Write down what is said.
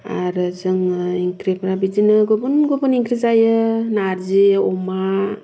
आरो जोङो ओंख्रिफोरा बिदिनो गुबुन गुबुन ओंख्रि जायो नारजि अमा